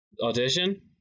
Audition